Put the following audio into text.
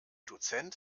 dozent